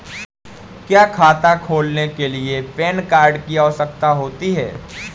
क्या खाता खोलने के लिए पैन कार्ड की आवश्यकता होती है?